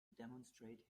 demonstrate